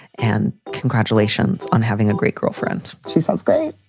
and congratulations on having a great girlfriend. she sounds great.